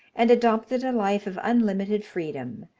and adopted a life of unlimited freedom,